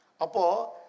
Apa